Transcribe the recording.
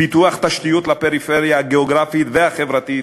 פיתוח תשתיות לפריפריה הגיאוגרפית והחברתית,